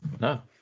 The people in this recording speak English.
no